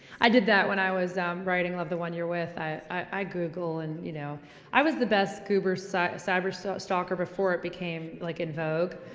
i did that when i was um writing love the one your with. i, i, i google, and you know i was the best, goober, cyber, cyber so stalker before it became, like, en vogue.